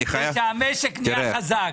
אתה לוקח מהסקירה שהמשק נהיה חזק.